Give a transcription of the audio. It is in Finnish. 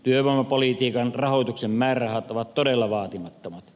työvoimapolitiikan rahoituksen määrärahat ovat todella vaatimattomat